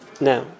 Now